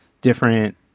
different